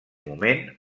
moment